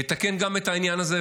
יתקן גם את העניין הזה,